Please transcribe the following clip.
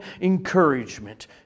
encouragement